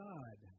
God